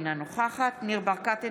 אינה נוכחת ניר ברקת,